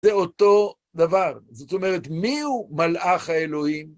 זה אותו דבר, זאת אומרת מיהו מלאך האלוהים?